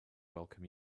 welcome